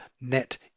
net